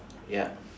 ya